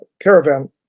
caravan